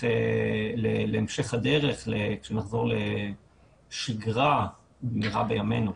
הדרך כאשר נחזור לשגרה במהרה בימינו.